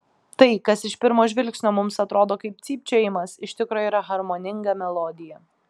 tai kas iš pirmo žvilgsnio mums atrodo kaip cypčiojimas iš tikro yra harmoninga melodija